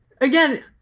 again